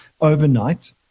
overnight